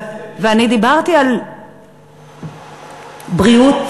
גם זה בסדר.